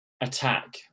attack